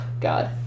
God